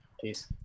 Peace